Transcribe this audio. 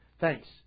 Thanks